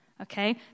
okay